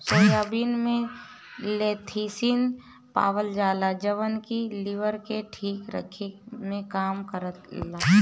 soybean में lecithin पावल जाला जवन की लीवर के ठीक रखे में काम करेला